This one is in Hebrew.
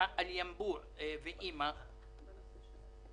אל-ימבור וא.מ.א.